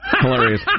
Hilarious